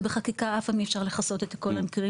ובחקיקה אף פעם אי אפשר לכסות את כל המקרה.